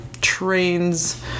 trains